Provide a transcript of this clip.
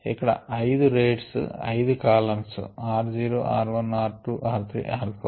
ఇక్కడ 5 rates 5 columns r zero r 1 r 2 r 3 r 4